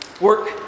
work